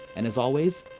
and as always,